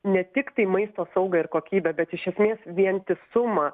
ne tik tai maisto saugą ir kokybę bet iš esmės vientisumą